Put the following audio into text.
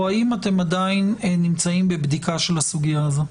או האם אתם עדיין נמצאים בבדיקה של הסוגיה הזו.